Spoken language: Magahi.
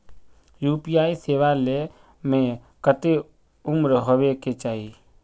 यु.पी.आई सेवा ले में कते उम्र होबे के चाहिए?